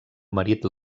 marit